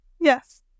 Yes